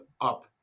up